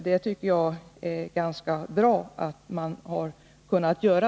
Det tycker jag är ganska bra.